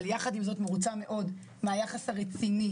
אבל יחד עם זה אני מרוצה מאוד מהיחס הרציני